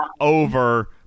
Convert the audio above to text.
over